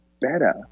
better